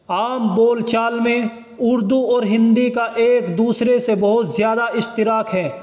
عام بول چال میں اردو اور ہندی کا ایک دوسرے سے بہت زیادہ اشتراک ہے